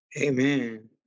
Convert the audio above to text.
Amen